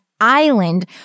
island